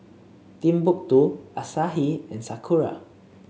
Timbuk two Asahi and Sakura